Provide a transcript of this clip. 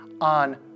on